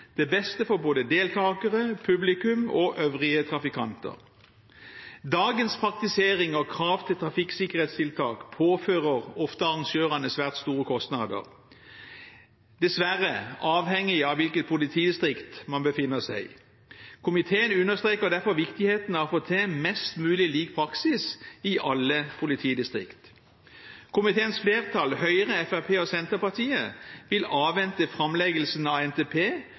beste for både deltakere, publikum og øvrige trafikanter. Dagens praktisering og krav til trafikksikkerhetstiltak påfører ofte arrangørene svært store kostnader, dessverre avhengig av hvilket politidistrikt man befinner seg i. Komiteen understreker derfor viktigheten av å få til mest mulig lik praksis i alle politidistrikt. Komiteens flertall, Høyre, Fremskrittspartiet og Senterpartiet, vil avvente framleggelsen av NTP